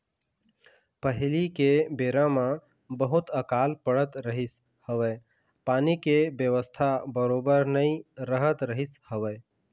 पहिली के बेरा म बहुत अकाल पड़त रहिस हवय पानी के बेवस्था बरोबर नइ रहत रहिस हवय